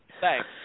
Thanks